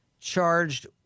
charged